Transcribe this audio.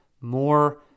more